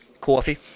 Coffee